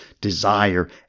desire